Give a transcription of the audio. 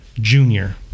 Junior